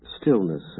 stillness